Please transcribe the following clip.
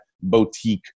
boutique